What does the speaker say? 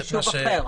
ליישוב אחר.